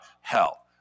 hell